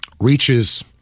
reaches